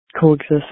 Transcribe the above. coexist